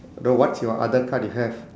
the what's your other card you have